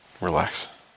Relax